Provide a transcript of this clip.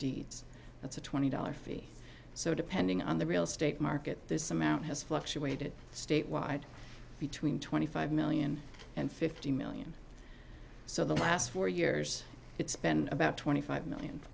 deeds that's a twenty dollars fee so depending on the real estate market this amount has fluctuated statewide between twenty five million and fifty million so the last four years it's been about twenty five million